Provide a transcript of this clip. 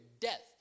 death